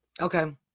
Okay